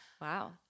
Wow